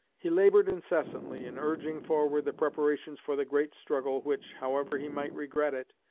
he labored incessantly in urging forward the preparations for the great struggle which, however he might regret it,